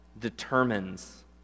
determines